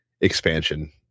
expansion